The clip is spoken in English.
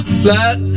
flat